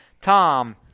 Tom